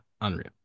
Unreal